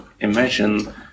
imagine